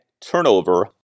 turnover